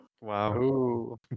wow